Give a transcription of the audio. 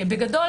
בגדול,